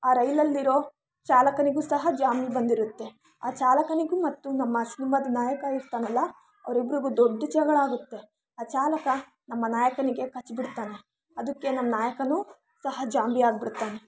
ಆ ರೈಲಲ್ಲಿರೋ ಚಾಲಕನಿಗೂ ಸಹ ಜಾಂಬಿ ಬಂದಿರುತ್ತೆ ಆ ಚಾಲಕನಿಗೂ ಮತ್ತು ನಮ್ಮ ಸಿನಿಮಾದ ನಾಯಕ ಇರ್ತಾನೆ ಅಲ್ಲಾ ಅವರಿಬ್ರಿಗೂ ದೊಡ್ಡ ಜಗಳ ಆಗುತ್ತೆ ಆ ಚಾಲಕ ನಮ್ಮ ನಾಯಕನಿಗೆ ಕಚ್ಬಿಡ್ತಾನೆ ಅದಕ್ಕೆ ನಮ್ಮ ನಾಯಕನೂ ಸಹ ಜಾಂಬಿ ಆಗ್ಬಿಡ್ತಾನೆ